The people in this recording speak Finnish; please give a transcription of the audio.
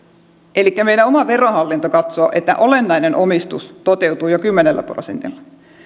elikkä meidän oma verohallinto katsoo että olennainen omistus toteutuu jo kymmenellä prosentilla